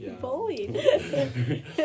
bullied